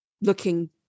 looking